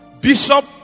Bishop